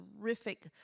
terrific